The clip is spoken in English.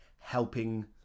helping